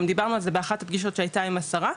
דיברנו על זה באחת הפגישות שהיתה עם השרה.